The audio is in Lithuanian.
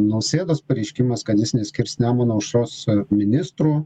nausėdos pareiškimas kad jis neskirs nemuno aušros ministrų